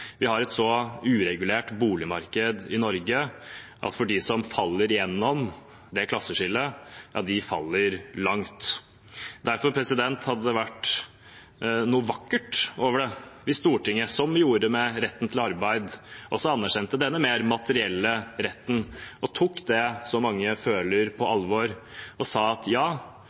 Vi har et så uregulert boligmarked i Norge, at de som faller gjennom i det klasseskillet, faller langt. Derfor hadde det vært noe vakkert over det hvis Stortinget – som man gjorde med retten til arbeid – anerkjente denne mer materielle retten og tok det som mange føler, på alvor og sa: